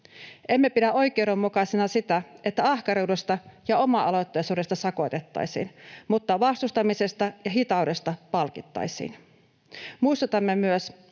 Emme pidä oikeudenmukaisena sitä, että ahkeruudesta ja oma-aloitteisuudesta sakotettaisiin mutta vastustamisesta ja hitaudesta palkittaisiin. Muistutamme myös,